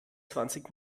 zwanzig